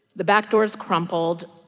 the back doors crumpled.